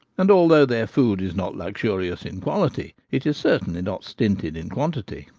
and although their food is not luxurious in quality, it is certainly not stinted in quantity.